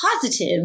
positive